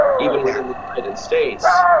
even within the united states,